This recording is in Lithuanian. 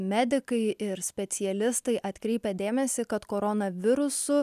medikai ir specialistai atkreipia dėmesį kad koronavirusu